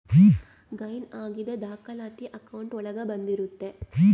gain ಆಗಿದ್ ದಾಖಲಾತಿ account ಒಳಗ ಬಂದಿರುತ್ತೆ